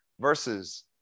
versus